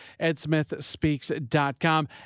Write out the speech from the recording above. edsmithspeaks.com